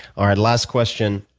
alright, last question.